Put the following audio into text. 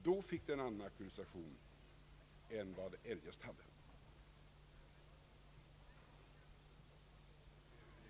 Då fick yttrandet en annan auktorisation än vad det från början haft.